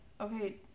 okay